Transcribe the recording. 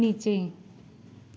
नीचे